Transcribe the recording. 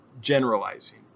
Generalizing